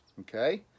okay